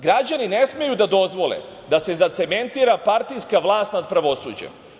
Građani ne smeju da dozvole da se zacementira partijska vlast nad pravosuđem.